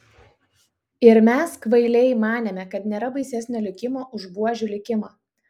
ir mes kvailiai manėme kad nėra baisesnio likimo už buožių likimą